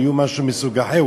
יהיו שקיות מסוג אחר,